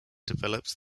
developed